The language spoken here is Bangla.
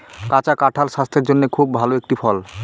কাঁচা কাঁঠাল স্বাস্থের জন্যে খুব ভালো একটি ফল